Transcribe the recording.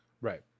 Right